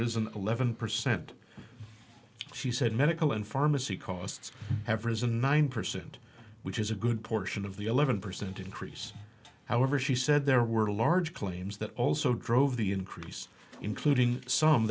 risen eleven percent she said medical and pharmacy costs have risen and nine percent which is a good portion of the eleven percent increase however she said there were large claims that also drove the increase including some